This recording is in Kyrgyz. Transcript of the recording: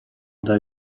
дагы